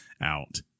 out